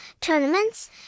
tournaments